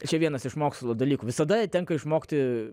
čia vienas iš mokslo dalykų visada tenka išmokti